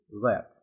left